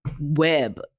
web